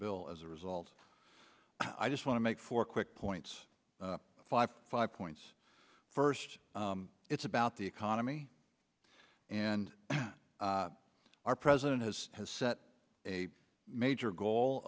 bill as a result i just want to make four quick points five five points first it's about the economy and our president has has set a major goal